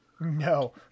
No